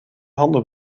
handen